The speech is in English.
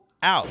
out